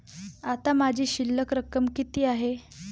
आता माझी शिल्लक रक्कम किती आहे?